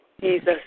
Jesus